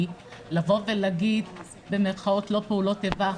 כי לבוא ולהגיד במירכאות לא פעולות איבה?